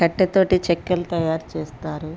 కట్టే తోటి చెక్కలు తయారు చేస్తారు